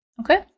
Okay